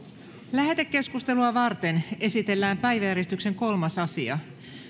lähetekeskustelua varten esitellään päiväjärjestyksen kolmas asia